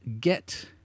get